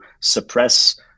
suppress